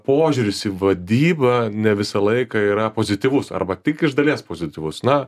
požiūris į vadybą ne visą laiką yra pozityvus arba tik iš dalies pozityvus na